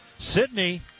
Sydney